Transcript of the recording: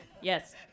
Yes